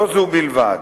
לא זו בלבד,